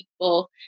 people